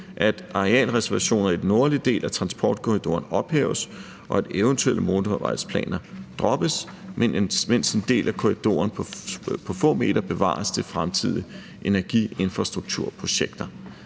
at arealreservationer i den nordlige del af transportkorridoren ophæves, og at eventuelle motorvejsplaner droppes, mens en del af korridoren på få meter bevares til fremtidige energiinfrastrukturprojekter.